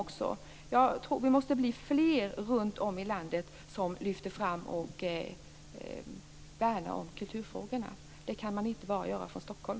Jag tror att vi måste bli fler runt om i landet som lyfter fram och värnar om kulturfrågorna. Det kan man inte göra bara från Stockholm.